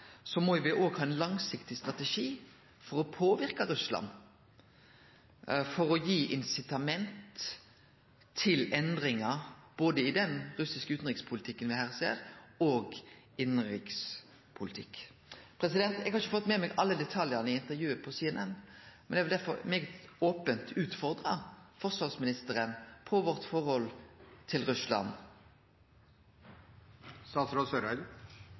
må me òg ha ein langsiktig strategi for å påverke Russland, for å gi incitament til endringar – både i den russiske utanrikspolitikken me her ser, og i innanrikspolititikken. Eg har ikkje fått med meg alle detaljane i intervjuet på CNN, men eg vil derfor opent utfordre forsvarsministeren på forholdet vårt til Russland.